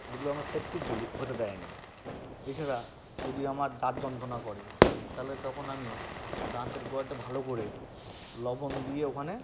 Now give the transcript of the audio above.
যেগুলো আমরা সেপটিক বলি হতে দেয় না এছাড়া যদি আমার দাঁত যন্ত্রণা করে তাহলে তখন আমি দাঁতের গোঁড়াতে ভালো করে লবণ দিয়ে ওখানে